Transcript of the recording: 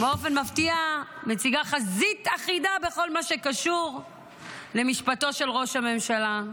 באופן מפתיע מציגה חזית אחידה בכל מה שקשור למשפטו של ראש הממשלה.